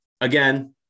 again